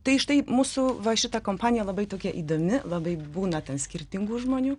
tai štai mūsų va šita kompanija labai tokia įdomi labai būna ten skirtingų žmonių